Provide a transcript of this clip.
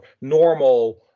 normal